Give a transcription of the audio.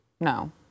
no